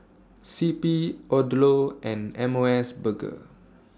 C P Odlo and M O S Burger